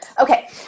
Okay